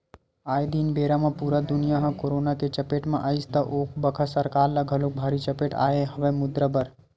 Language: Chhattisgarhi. आये दिन बेरा म पुरा दुनिया ह करोना के चपेट म आइस त ओ बखत सरकार ल घलोक भारी चपेट आय हवय मुद्रा बर